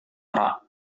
arak